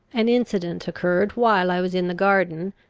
an incident occurred while i was in the garden,